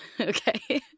Okay